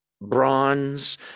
bronze